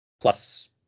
plus